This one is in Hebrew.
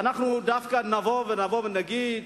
שאנחנו דווקא נבוא ונגיד: